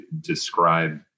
describe